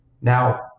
Now